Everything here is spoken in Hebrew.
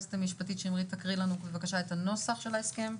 היועצת המשפטית שמרית תקריא לנו את הנוסח של ההסכם.